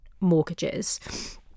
mortgages